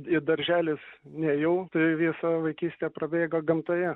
į darželis nėjau tai visa vaikystė prabėgo gamtoje